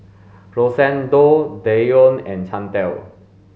Rosendo Deion and Chantal